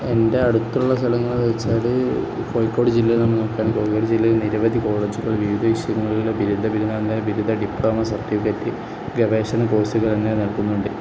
എൻ്റെ അടുത്തുള്ള സ്ഥലങ്ങളെന്നുവച്ചാല് കോഴിക്കോട് ജില്ലയില് നോക്കാൻ കോഴിക്കോട് ജില്ലയിൽ നിരവധി കോളേജുകളില് വിവിധ വിഷയങ്ങളില് ബിരുദ ബിരുദാനന്തര ഡിപ്ലോമ സർട്ടിഫിക്കറ്റ് ഗവേഷണ കോഴ്സുകൾ തന്നെ നടത്തുന്നുണ്ട്